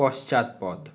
পশ্চাৎপদ